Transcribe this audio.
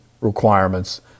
requirements